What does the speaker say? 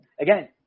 again